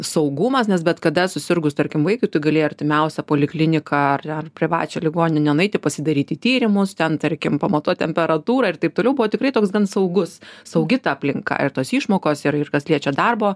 saugumas nes bet kada susirgus tarkim vaikui tu galėjai artimiausią polikliniką ar ar privačią ligoninę nueiti pasidaryti tyrimus ten tarkim pamatuot temperatūrą ir taip toliau buvo tikrai toks gan saugus saugi aplinka ir tos išmokos yra ir kas liečia darbo